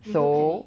so